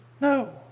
No